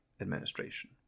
administration